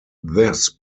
this